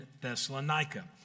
Thessalonica